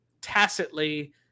tacitly